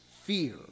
fear